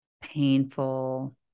painful